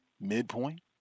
midpoint